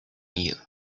you